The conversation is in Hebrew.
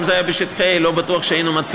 אם זה היה בשטחי A לא בטוח שהיינו מצליחים.